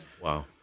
Wow